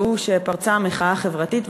והוא שפרצה המחאה החברתית,